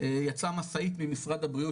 יצאה משאית ממשרד הבריאות,